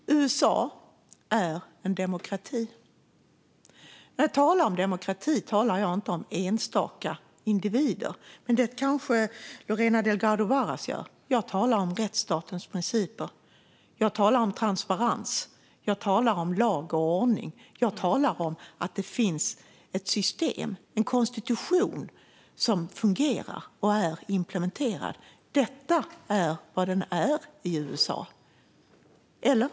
Fru talman! USA är en demokrati. När jag talar om demokrati talar jag inte om enstaka individer, men det kanske Lorena Delgado Varas gör. Jag talar om rättsstatens principer. Jag talar om transparens. Jag talar om lag och ordning. Jag talar om att det finns ett system och en konstitution som fungerar och är implementerad. Så är det i USA - eller?